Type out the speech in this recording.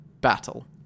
battle